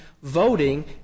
voting